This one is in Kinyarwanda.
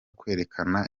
kwerekana